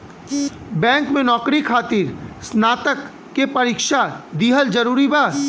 Bank में नौकरी खातिर स्नातक के परीक्षा दिहल जरूरी बा?